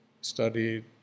studied